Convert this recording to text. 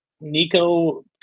Nico